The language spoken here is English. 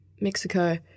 Mexico